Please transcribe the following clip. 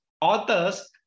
authors